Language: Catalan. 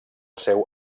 seu